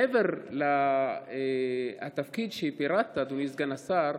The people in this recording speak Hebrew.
מעבר לתפקיד שפירטת, אדוני סגן השר,